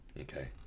okay